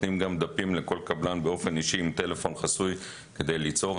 נותנים גם דפים לכל קבלן באופן אישי עם טלפון חסוי כדי ליצור קשר.